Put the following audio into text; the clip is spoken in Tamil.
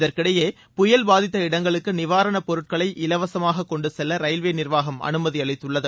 இதற்கிடையே புயல் பாதித்த இடங்களுக்கு நிவாரண பொருட்களை இலவசமாக கொண்டு செல்ல ரயில்வே நிர்வாகம் அனுமதி அளித்துள்ளது